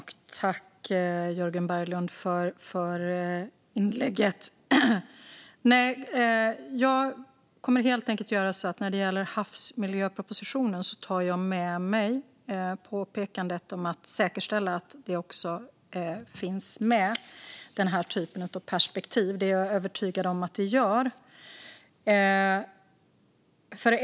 Fru talman! Tack, Jörgen Berglund, för inlägget! När det gäller havsmiljöpropositionen tar jag med mig påpekandet om att säkerställa att den typen av perspektiv finns med. Det är jag övertygad om att det gör.